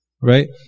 right